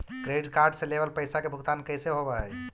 Credit card से लेवल पैसा के भुगतान कैसे होव हइ?